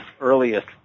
earliest